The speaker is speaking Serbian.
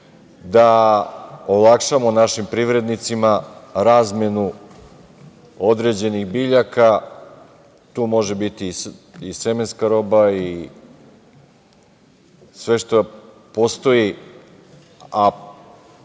da olakšamo našim privrednicima razmenu određenih biljaka. To može biti i semenska roba i sve što postoji,